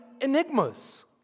enigmas